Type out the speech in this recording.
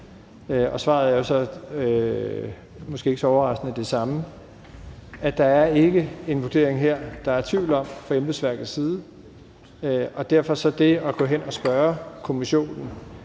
og svaret er jo måske ikke så overraskende det samme, nemlig at der ikke er en vurdering her, som der er tvivl om fra embedsværkets side. Det at gå hen og spørge Kommissionen